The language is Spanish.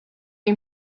que